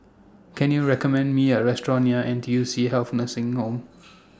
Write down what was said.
Can YOU recommend Me A Restaurant near N T U C Health Nursing Home